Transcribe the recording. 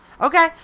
Okay